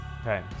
Okay